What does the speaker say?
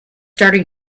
starting